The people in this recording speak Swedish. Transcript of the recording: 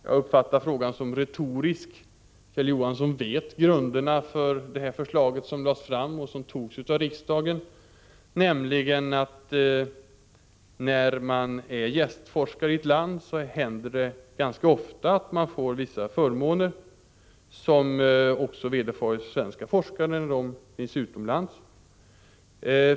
Jag uppfattar frågan som retorisk — Kjell Johansson vet grunderna för det förslag som lades fram och som antogs av riksdagen, nämligen att när man är gästande forskare i ett land så händer det ganska ofta att man får vissa förmåner, vilket också vederfarits svenska forskare utomlands.